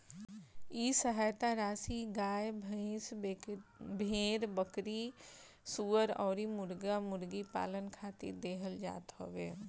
इ सहायता राशी गाई, भईस, भेड़, बकरी, सूअर अउरी मुर्गा मुर्गी पालन खातिर देहल जात हवे